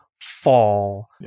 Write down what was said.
fall